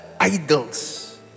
idols